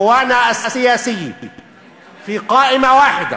בשפה הערבית, להלן תרגומם: